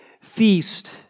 Feast